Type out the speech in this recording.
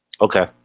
Okay